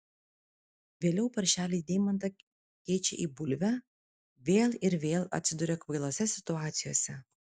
vėliau paršeliai deimantą keičia į bulvę vėl ir vėl atsiduria kvailose situacijose